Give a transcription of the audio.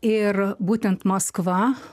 ir būtent maskva